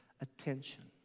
attention